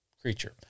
creature